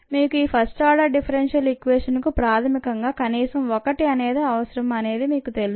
మీకు ఈ first order differential equation కు ప్రాథమికంగా కనీసం 1 అనేది అవసరం అ నేది మీకు తెలుసు